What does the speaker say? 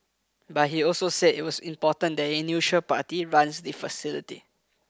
but he also said it was important that a neutral party runs the facility